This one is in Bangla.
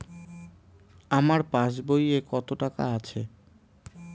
আমার পাস বইয়ে কত টাকা আছে?